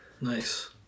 Nice